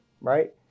right